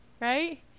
right